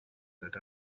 that